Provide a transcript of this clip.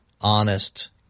honest